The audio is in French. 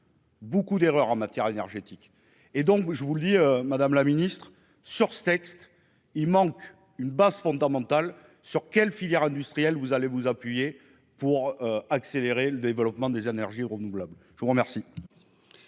Beaucoup d'erreurs en matière énergétique, et donc je vous le dis, Madame la Ministre, sur ce texte, il manque une base fondamentale sur quelle filière industrielle, vous allez vous appuyer pour accélérer le développement des énergies renouvelables, je vous remercie.